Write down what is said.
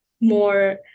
more